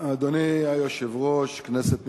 אדוני היושב-ראש, כנסת נכבדה,